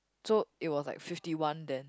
so it was like fifty one then